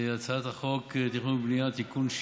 הצעת חוק התכנון והבנייה (תיקון,